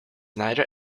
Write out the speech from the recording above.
neither